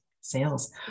Sales